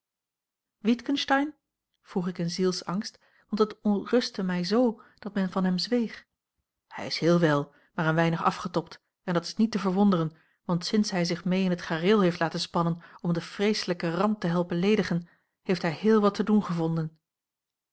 witgensteyn vroeg ik in zielsangst want het ontrustte mij z dat men van hem zweeg hij is heel wel maar een weinig afgetobd en dat is niet te verwonderen want sinds hij zich mee in het gareel heeft laten spannen om de vreeslijke ramp te helpen lenigen heeft hij heel wat te doen gevonden